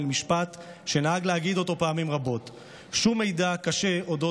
משפט שנהג להגיד פעמים רבות: שום מידע קשה על אודות